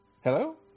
Hello